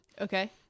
Okay